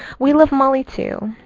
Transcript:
we love molly, too.